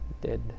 dead